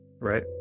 right